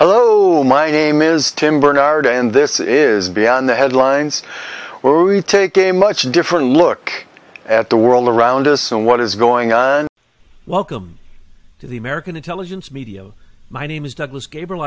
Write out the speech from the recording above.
hello my name is tim barnard and this is beyond the headlines where we take a much different look at the world around us so what is going on welcome to the american intelligence media oh my name is douglas gabriel